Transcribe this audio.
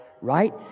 Right